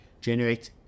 generate